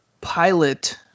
Pilot